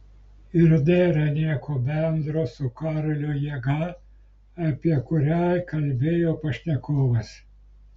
ir nėra nieko bendro su koriolio jėga apie kurią kalbėjo pašnekovas